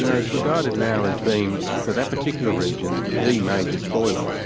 you know it's regarded now as being for that particular region, the major spoiler.